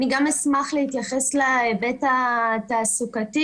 אני גם אשמח להתייחס להיבט התעסוקתי.